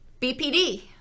BPD